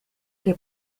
que